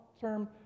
term